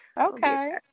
okay